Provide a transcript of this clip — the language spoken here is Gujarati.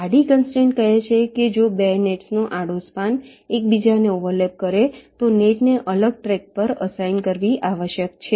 આડી કનસ્ટ્રેન્ટ કહે છે કે જો 2 નેટ્સ નો આડો સ્પાન એકબીજાને ઓવરલેપ કરેતો નેટ ને અલગ ટ્રેક પર અસાઇન કરવી આવશ્યક છે